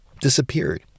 disappeared